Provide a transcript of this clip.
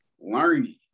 learning